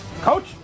Coach